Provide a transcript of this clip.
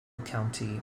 county